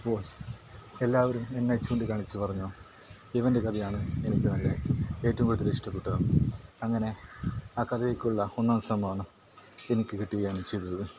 അപ്പോൾ എല്ലാവരും എന്നെ ചൂണ്ടി കാണിച്ച് പറഞ്ഞു ഇവൻ്റെ കഥയാണ് എനിക്ക് നല്ല ഏറ്റവും കൂടുതൽ ഇഷ്ടപെട്ടതെന്ന് അങ്ങനെ ആ കഥക്കുള്ള ഒന്നാം സമ്മാനം എനിക്ക് കിട്ടുകയാണ് ചെയ്തത്